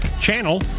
Channel